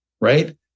right